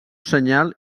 senyal